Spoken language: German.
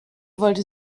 wollte